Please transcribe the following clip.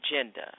agenda